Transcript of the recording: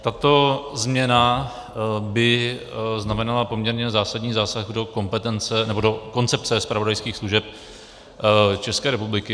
Tato změna by znamenala poměrně zásadní zásah do koncepce zpravodajských služeb České republiky.